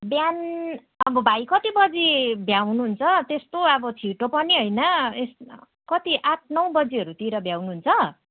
बिहान अब भाइ कति बजी भ्याउनुहुन्छ त्यस्तो अब छिटो पनि होइन कति आठ नौ बजीहरूतिर भ्याउनुहुन्छ